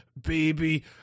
baby